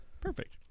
Perfect